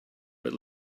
but